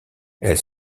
elle